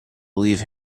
leave